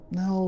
no